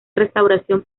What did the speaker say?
restauración